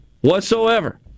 whatsoever